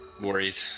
Worried